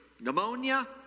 Pneumonia